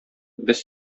без